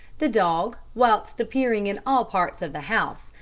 the dog, whilst appearing in all parts of the house,